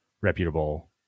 reputable